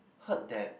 heard that